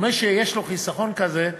ומי שיש לו חיסכון כזה,